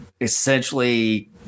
essentially